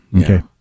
Okay